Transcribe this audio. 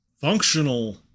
functional